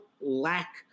lack